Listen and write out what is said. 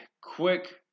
quick